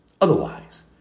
Otherwise